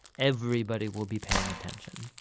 everybody will be paying attention.